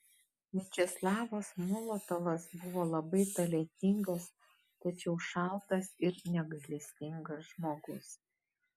viačeslavas molotovas buvo labai talentingas tačiau šaltas ir negailestingas žmogus